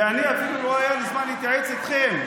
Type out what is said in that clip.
ואני, אפילו לא היה לי זמן להתייעץ איתכם.